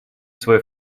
свой